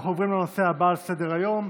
אנחנו עוברים לנושא הבא על סדר-היום: